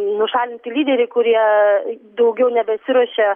nušalinti lyderiai kurie daugiau nebesiruošia